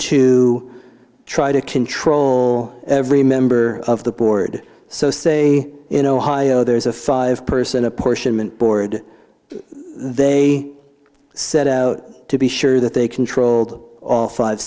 to try to control every member of the board so say in ohio there's a five person apportionment board they set out to be sure that they controlled all five